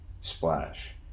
splash